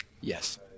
yes